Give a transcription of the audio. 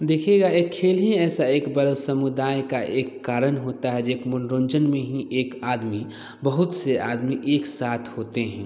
देखिएगा एक खेल ही ऐसा एक बड़ा समुदाय का एक कारण होता है जो एक मनोरंजन में ही एक आदमी बहुत से आदमी एक साथ होते हैं